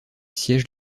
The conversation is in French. siège